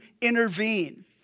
intervene